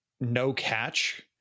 no-catch